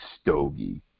stogie